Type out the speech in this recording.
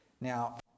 Now